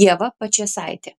ieva pačėsaitė